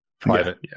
Private